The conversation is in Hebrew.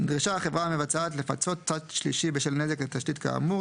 נדרשה החברה המבצעת לפצות צד שלישי בשל נזק לתשתית כאמור,